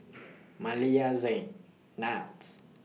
Maleah Zayne Niles